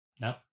No